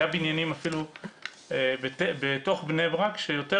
היו בניינים אפילו בתוך בני ברק שיותר